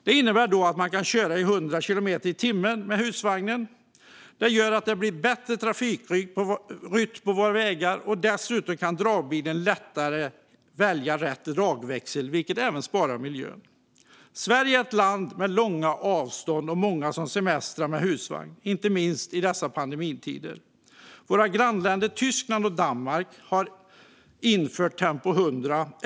Det innebär att man får köra i 100 kilometer i timmen med husvagnen, vilket gör att trafikrytmen blir bättre på vägarna. Dessutom kan dragbilen lättare välja rätt dragväxel, vilket sparar på miljön. Sverige är ett land med långa avstånd, och många semestrar med husvagn, inte minst i dessa pandemitider. Våra grannländer Tyskland och Danmark har infört tempo 100.